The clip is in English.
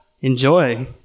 Enjoy